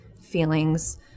feelings